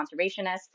conservationists